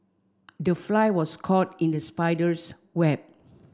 the fly was caught in the spider's web